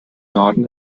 norden